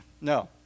no